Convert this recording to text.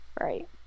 right